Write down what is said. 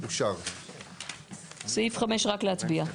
על סעיף 5 צריך רק להצביע.